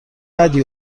بدی